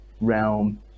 Realm